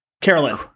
Carolyn